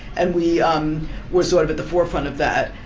and we um were sort of at the forefront of that.